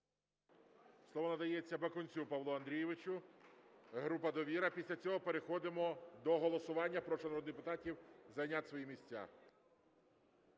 Слово надається Бакунцю Павлу Андрійовичу, група "Довіра". Після цього переходимо до голосування. Прошу народних депутатів зайняти свої місця.